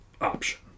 option